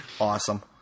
Awesome